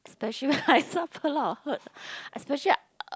especially when I suffer a lot of hurt especially uh